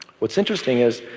what's interesting is,